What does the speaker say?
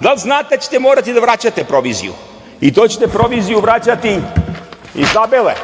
da li znate da ćete morati da vraćate proviziju i to ćete proviziju vraćati iz Zabele